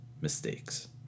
mistakes